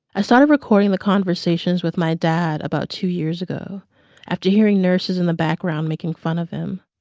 i started recording the conversations with my dad about two years ago after hearing nurses in the background making fun of him.